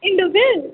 Indofil